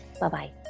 Bye-bye